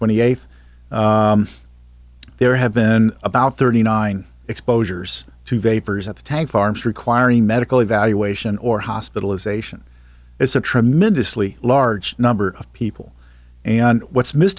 twenty eighth there have been about thirty nine exposures to vapors at the tank farms requiring medical evaluation or hospitalization it's a tremendously large number of people and what's m